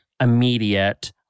immediate